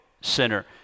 sinner